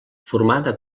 formada